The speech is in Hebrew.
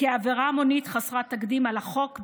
כעברה המונית חסרת תקדים על החוק,